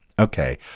Okay